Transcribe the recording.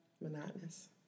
Monotonous